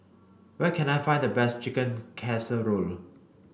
where can I find the best Chicken Casserole